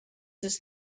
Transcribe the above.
this